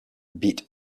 beat